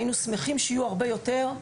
היינו שמחים שיהיו הרבה יותר.